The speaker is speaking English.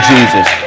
Jesus